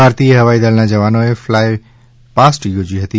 ભારતીય હવાઈદળના જવાનોએ ફલાય પાસ્ટ યોજી હતી